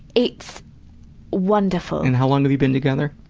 it's wonderful. and how long have you been together?